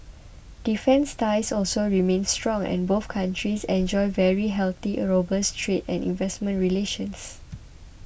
defence ties also remain strong and both countries enjoy very healthy and robust trade and investment relations